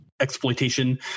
exploitation